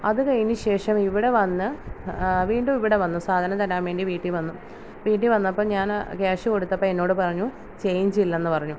അത് കഴിഞ്ഞ് ശേഷം ഇവിടെ വന്ന് വീണ്ടും ഇവിടെ വന്ന് സാധനം തരാൻ വേണ്ടി വീട്ടിൽ വന്നു വീട്ടിൽ വന്നപ്പോൾ ഞാൻ ക്യാഷ് കൊടുത്തപ്പോൾ എന്നോട് പറഞ്ഞു ചെയ്ഞ്ചില്ലെന്ന് പറഞ്ഞു